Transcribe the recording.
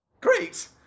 Great